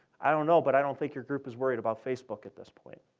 i don't know, but i don't think your group is worried about facebook at this point.